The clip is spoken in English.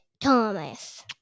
Thomas